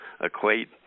equate